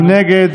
נגד,